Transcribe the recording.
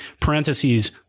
parentheses